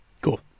Cool